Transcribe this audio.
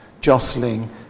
jostling